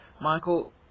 Michael